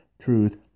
Truth